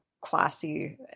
classy